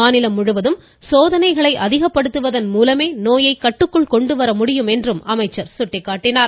மாநிலம் முழுவதும் சோதனைகளை அதிகப்படுத்துவதன் மூலமே நோயை கட்டுக்குள் கொண்டு வர முடியும் என்றும் அமைச்சர் சுட்டிக்காட்டினார்